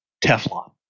Teflon